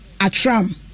Atram